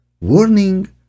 warning